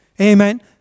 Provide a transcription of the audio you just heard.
Amen